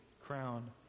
crown